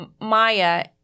Maya